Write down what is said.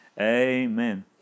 Amen